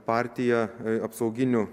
partija apsauginių